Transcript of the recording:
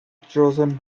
chosen